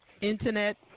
Internet